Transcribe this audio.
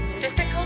Difficult